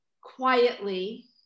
quietly